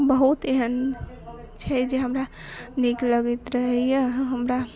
बहुत एहन छै जे हमरा नीक लगैत रहैया हमरा